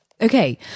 okay